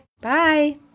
Bye